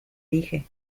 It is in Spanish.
dije